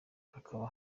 hakaba